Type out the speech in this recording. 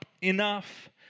enough